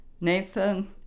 Nathan